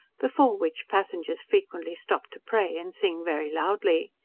before which passengers frequently stop to pray and sing very loudly.